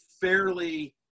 fairly